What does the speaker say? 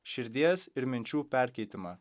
širdies ir minčių perkeitimą